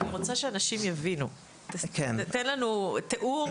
אני רוצה שאנשים יבינו, תן לנו תיאור,